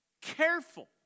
careful